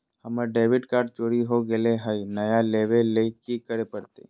हमर debit card चोरी हो गेले हई, नया लेवे ल की करे पड़तई?